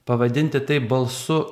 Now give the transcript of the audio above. pavadinti tai balsu